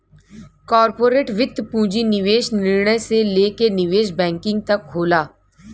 corporate वित्त पूंजी निवेश निर्णय से लेके निवेश बैंकिंग तक होला